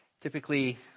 Typically